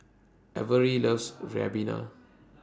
Averi loves Ribena